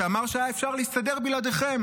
שאמר שהיה אפשר להסתדר בלעדיכם,